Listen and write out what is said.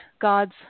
God's